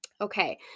Okay